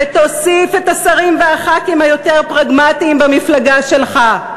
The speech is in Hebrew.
ותוסיף את השרים וחברי הכנסת היותר פרגמטיים במפלגה שלך.